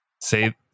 say